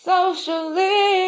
Socially